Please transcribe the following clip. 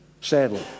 sadly